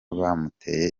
bamuteye